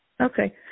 Okay